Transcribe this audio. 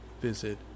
visit